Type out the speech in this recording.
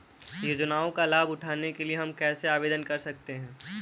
योजनाओं का लाभ उठाने के लिए हम कैसे आवेदन कर सकते हैं?